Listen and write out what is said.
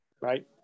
right